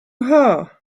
her